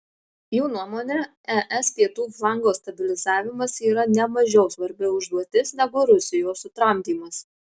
jų nuomone es pietų flango stabilizavimas yra nemažiau svarbi užduotis negu rusijos sutramdymas